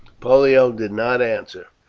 pollio did not answer,